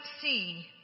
see